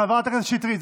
חברת הכנסת שטרית,